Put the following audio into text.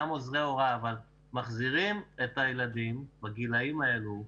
גם עוזרי הוראה אבל מחזירים את הילדים בגילאים האלה,